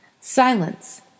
Silence